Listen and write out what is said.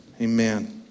Amen